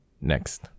next